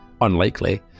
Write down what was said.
unlikely